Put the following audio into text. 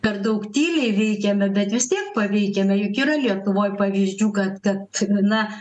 per daug tyliai veikiame bet vis tiek paveikiame juk yra lietuvoj pavyzdžių kad kad na